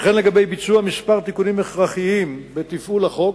וכן לגבי ביצוע כמה תיקונים הכרחיים בתפעול החוק,